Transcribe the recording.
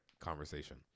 conversation